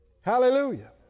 Hallelujah